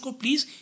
please